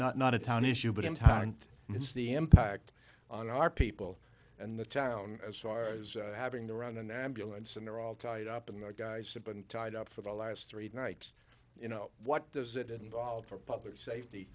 not not a town issue but in time and it's the impact on our people and the town as far as having to run an ambulance and they're all tied up in the guys have been tied up for the last three nights you know what does it involve for public safety